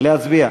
להצביע,